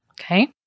Okay